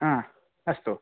हा अस्तु